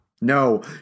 No